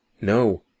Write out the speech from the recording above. No